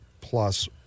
plus